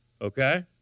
okay